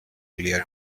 clear